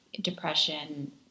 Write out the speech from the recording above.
depression